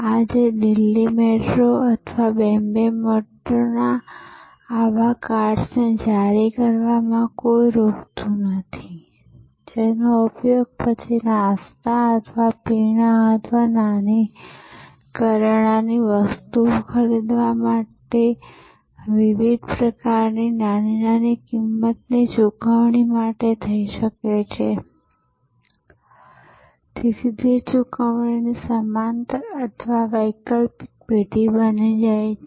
આજે દિલ્હી મેટ્રો અથવા બોમ્બે મેટ્રોને આવા કાર્ડ્સ જારી કરવામાં કોઈ રોકતું નથી જેનો ઉપયોગ પછી નાસ્તા અથવા પીણાં અથવા નાની કરિયાણાની વસ્તુઓ ખરીદવા માટે વિવિધ પ્રકારની નાની કિંમતની ચૂકવણી માટે થઈ શકે છે અને તેથી તે ચુકવણીની સમાંતર અથવા વૈકલ્પિક પેઢી બની જાય છે